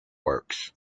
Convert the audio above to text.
works